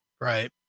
Right